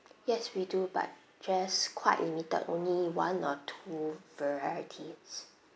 yes we do but just quite limited only one or two varieties